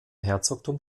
herzogtum